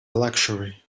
luxury